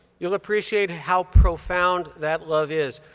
you'll appreciate how profound that love is,